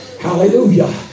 hallelujah